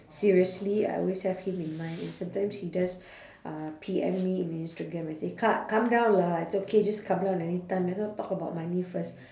seriously I always have him in mind and sometimes he does uh P_M me in instagram and say kak come down lah it's okay just come down anytime let's not talk about money first